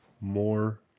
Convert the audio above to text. more